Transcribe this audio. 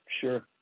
sure